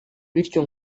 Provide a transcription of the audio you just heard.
bityo